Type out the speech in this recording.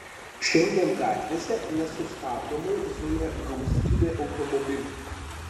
šiandien gatvėse nesustabdomai zuja gausybė automobilių